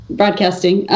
broadcasting